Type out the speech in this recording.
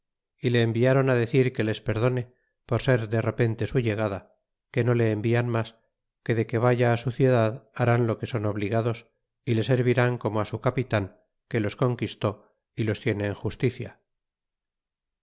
y le enviaron decir que les perdone por ser de repente su llegada que no le envian mas que de que vaya a su ciudad harán lo que son obligados y le servirán como á su capitan quelos conquistó y los tiene en justicia